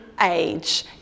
age